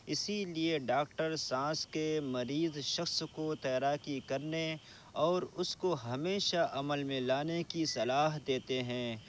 اسی لیے ڈاکٹر سانس کے مریض شخص کو تیراکی کرنے اور اس کو ہمیشہ عمل میں لانے کی صلاح دیتے ہیں